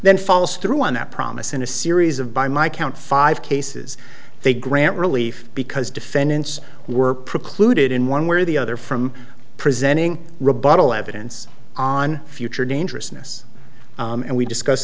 then follows through on that promise in a series of by my count five cases they grant relief because defendants were precluded in one way or the other from presenting rebuttal evidence on future dangerousness and we discuss